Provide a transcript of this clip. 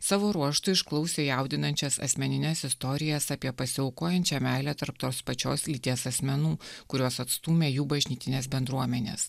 savo ruožtu išklausė jaudinančias asmenines istorijas apie pasiaukojančią meilę tarp tos pačios lyties asmenų kuriuos atstūmė jų bažnytinės bendruomenės